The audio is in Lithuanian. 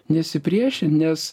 nesipriešint nes